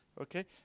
okay